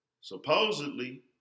Supposedly